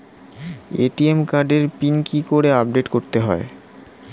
ATM কার্ডের pin কি করে আপডেট করতে হয়?